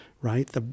right